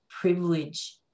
privilege